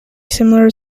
similar